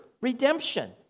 redemption